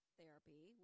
therapy